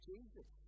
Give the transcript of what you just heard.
Jesus